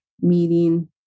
meeting